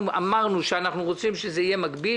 אמרנו שאנחנו רוצים שזה יהיה מקביל.